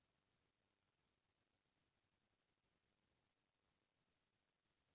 फसल मन के आपसी परागण से का का नुकसान होथे?